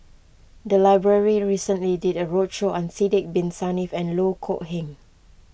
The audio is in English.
the library recently did a roadshow on Sidek Bin Saniff and Loh Kok Heng